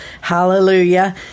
hallelujah